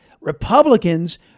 Republicans